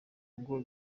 ngo